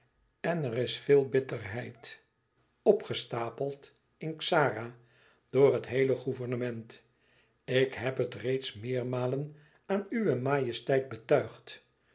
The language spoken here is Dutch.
en er is veel bitterheid opgestapeld in xara door het heele gouvernement ik heb het reeds meermalen aan uwe majesteit betuigd